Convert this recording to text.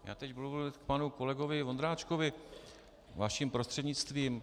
Já teď budu mluvit k panu kolegovi Vondráčkovi vaším prostřednictvím.